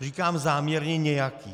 Říkám záměrně nějakých.